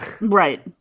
Right